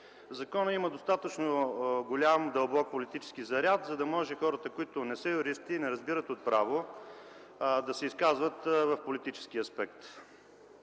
Законът има достатъчно голям, дълбок политически заряд, за да може хората, които не са юристи и не разбират от право, да се изказват в политически аспект.